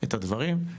את הדברים.